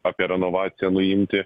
apie renovaciją nuimti